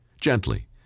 gently